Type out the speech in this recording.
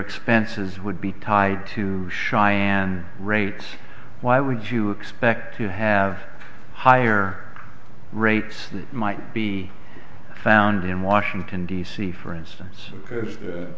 expenses would be tied to cheyanne rates why would you expect to have higher rates than might be found in washington d c for instance because the